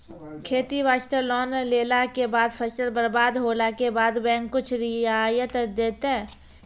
खेती वास्ते लोन लेला के बाद फसल बर्बाद होला के बाद बैंक कुछ रियायत देतै?